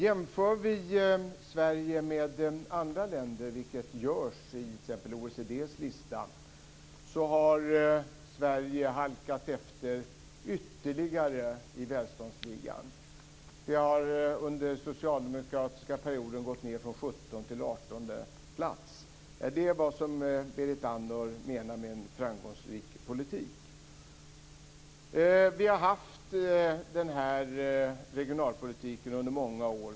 Jämför vi Sverige med andra länder, vilket görs i t.ex. OECD:s lista, har Sverige halkat efter ytterligare i välståndsligan. Vi har under den socialdemokratiska perioden gått ned från 17:e till 18:e plats. Är det vad Berit Andnor menar med en framgångsrik politik? Vi har haft den här regionalpolitiken under många år.